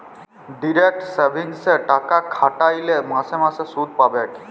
direct সেভিংসে টাকা খ্যাট্যাইলে মাসে মাসে সুদ পাবেক